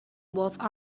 both